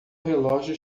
relógio